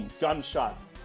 Gunshots